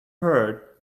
heard